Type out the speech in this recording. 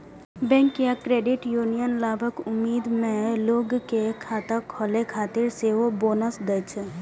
bank या credit union लाभक उम्मीद मे लोग कें खाता खोलै खातिर सेहो बोनस दै छै